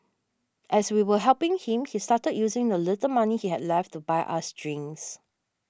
as we were helping him he started using the little money he had left to buy us drinks